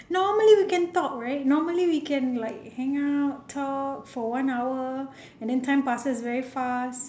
normally we can talk right normally we can like hang out talk for one hour and then time passes very fast